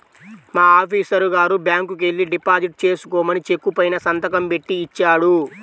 మా ఆఫీసరు గారు బ్యాంకుకెల్లి డిపాజిట్ చేసుకోమని చెక్కు పైన సంతకం బెట్టి ఇచ్చాడు